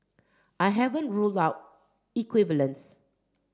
I haven't ruled out equivalence